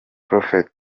prophet